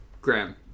Graham